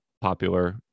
popular